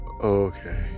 Okay